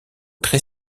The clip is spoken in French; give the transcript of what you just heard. très